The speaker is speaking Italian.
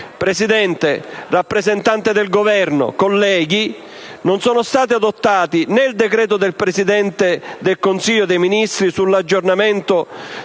Presidente, onorevole rappresentante del Governo, colleghi, non sono stati adottati né il decreto del Presidente del Consiglio dei Ministri sull'aggiornamento